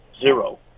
zero